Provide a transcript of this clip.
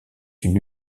une